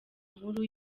nkuru